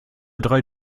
drei